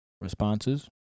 responses